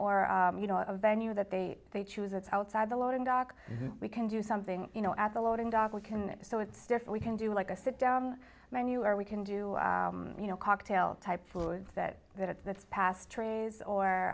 or you know a venue that they choose it's outside the loading dock we can do something you know at the loading dock we can so it's different we can do like a sit down menu or we can do you know cocktail type fluids that that at the pass trays or